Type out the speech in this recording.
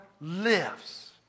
lives